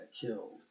killed